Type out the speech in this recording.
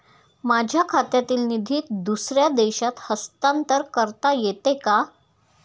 माझ्या खात्यातील निधी दुसऱ्या देशात हस्तांतर करता येते का?